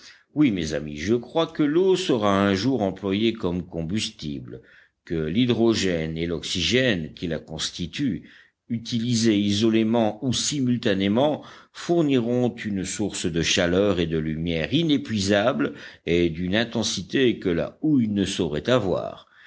oui mes amis je crois que l'eau sera un jour employée comme combustible que l'hydrogène et l'oxygène qui la constituent utilisés isolément ou simultanément fourniront une source de chaleur et de lumière inépuisables et d'une intensité que la houille ne saurait avoir